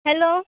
hello